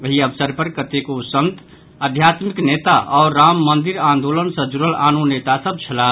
एहि अवसर पर कतेको संत आध्यात्मिक नेता आओर राम मंदिर आंदोलन सॅ जुड़ल आनो नेता सभ छलाह